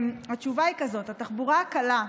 התשובה היא כזאת: התחבורה הקלה,